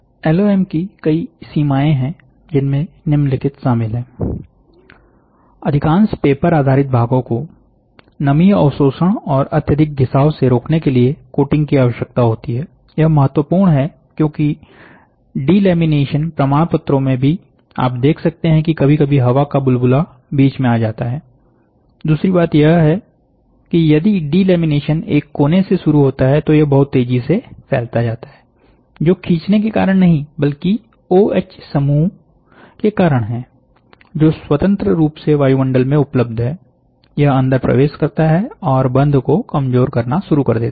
LOM की कई सीमाएं हैं जिनमें निम्नलिखित शामिल है अधिकांश पेपर आधारित भागों को नमी अवशोषण और अत्यधिक घिसाव से रोकने के लिए कोटिंग की आवश्यकता होती है यह महत्वपूर्ण है क्योंकि डिलेमिनेशन प्रमाण पत्रों में भी आप देख सकते हैं कि कभी कभी हवा का बुलबुला बीच में आ जाता है दूसरी बात यह है कि यदि डिलेमिनेशन एक कोने से शुरू होता है तो यह बहुत तेजी से फैलता जाता है जो खींचने के कारण नहीं बल्कि ओएच समूह के कारण है जो स्वतंत्र रूप से वायुमंडल में उपलब्ध है यह अंदर प्रवेश करता है और बंध को कमजोर करना शुरू कर देता है